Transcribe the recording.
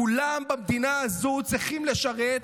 כולם במדינה צריכים לשרת,